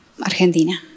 Argentina